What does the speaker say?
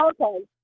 Okay